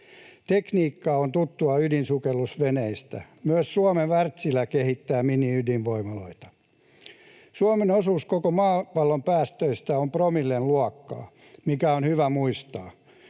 Tekniikka on tuttua ydinsukellusveneistä. Myös Suomen Wärtsilä kehittää miniydinvoimaloita. Suomen osuus koko maapallon päästöistä on promillen luokkaa, mikä on hyvä muistaa.